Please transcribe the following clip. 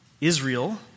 Israel